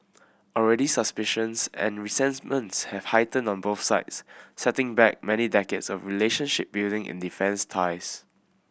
already suspicions and resentments have heightened on both sides setting back many decades of relationship building in defence ties